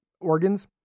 organs